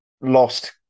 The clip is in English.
lost